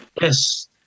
Yes